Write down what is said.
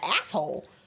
asshole